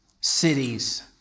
cities